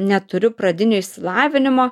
neturiu pradinio išsilavinimo